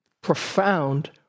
profound